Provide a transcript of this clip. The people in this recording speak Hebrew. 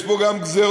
יש בו גם גזירות.